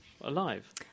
Alive